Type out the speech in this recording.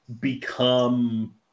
become